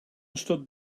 stood